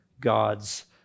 God's